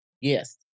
Yes